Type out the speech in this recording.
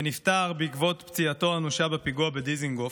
שנפטר בעקבות פציעתו האנושה בפיגוע בדיזנגוף.